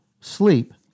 sleep